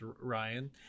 Ryan